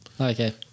Okay